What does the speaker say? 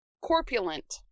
corpulent